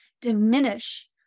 diminish